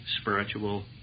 spiritual